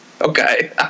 okay